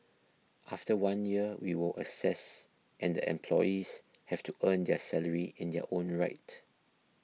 after one year we will assess and the employees have to earn their salary in their own right